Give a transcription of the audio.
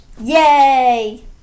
Yay